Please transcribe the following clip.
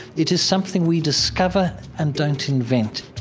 it is something we discover and don't invent